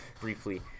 briefly